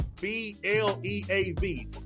B-L-E-A-V